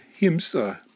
himsa